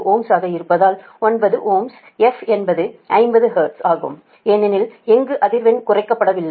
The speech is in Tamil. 15Ω ஆக இருப்பதால் 9Ω f என்பது 50 ஹெர்ட்ஸ் ஆகும் ஏனெனில் எங்கும் அதிர்வெண் குறிப்பிடப்படவில்லை